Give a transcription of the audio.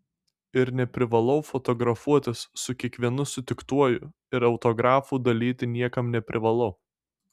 ir neprivalau fotografuotis su kiekvienu sutiktuoju ir autografų dalyti niekam neprivalau